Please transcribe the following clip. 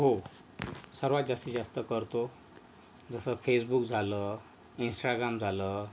हो सर्वात जास्तीत जास्त करतो जसं फेसबुक झालं इंस्टाग्राम झालं